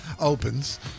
Opens